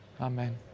Amen